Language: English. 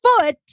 foot